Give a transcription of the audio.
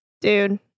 Dude